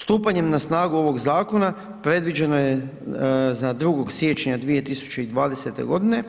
Stupanjem na snagu ovog zakona predviđeno je za 2. siječnja 2020.g.,